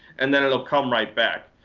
and then it'll come right back.